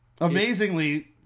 amazingly